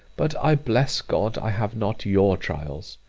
but i bless god i have not your trials.